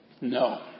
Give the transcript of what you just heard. No